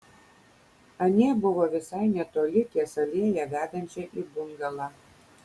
anie buvo visai netoli ties alėja vedančia į bungalą